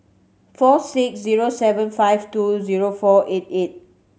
four six zero seven five two zero four eight eight